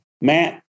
Matt